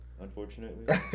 Unfortunately